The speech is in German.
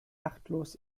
achtlos